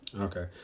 Okay